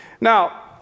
Now